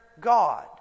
God